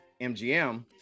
MGM